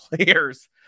players